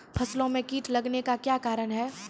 फसलो मे कीट लगने का क्या कारण है?